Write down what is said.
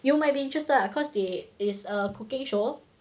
you might be interested lah cause they is a cooking show